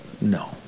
No